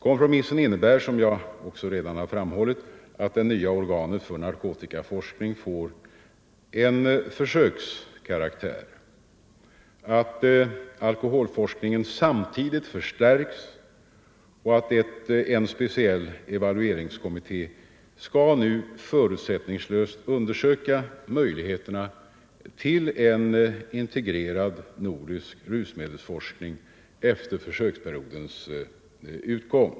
Kompromissen innebär, som jag också redan har framhållit, att det nya organet för narkotikaforskning får en försökskaraktär, att alkoholforskningen samtidigt förstärks och att en speciell evalueringskommitté nu förutsättningslöst skall undersöka möjligheterna till en integrerad nordisk rusmedelsforskning efter försöksperiodens utgång.